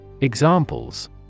Examples